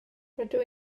rydw